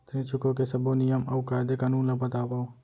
ऋण चुकाए के सब्बो नियम अऊ कायदे कानून ला बतावव